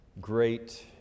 great